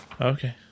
okay